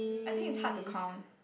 I think it's hard to count